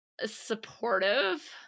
supportive